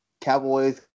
Cowboys